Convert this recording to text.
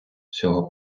цього